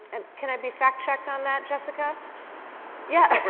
and can i be fact-checked on that, jessica yeah